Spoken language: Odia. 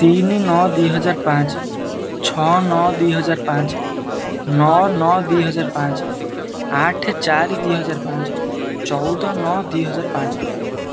ତିନି ନଅ ଦୁଇହଜାର ପାଞ୍ଚ ଛଅ ନଅ ଦୁଇହଜାର ପାଞ୍ଚ ନଅ ନଅ ଦୁଇହଜାର ପାଞ୍ଚ ଆଠ ଚାରି ଦୁଇହଜାର ପାଞ୍ଚ ଚଉଦ ନଅ ଦୁଇହଜାର ପାଞ୍ଚ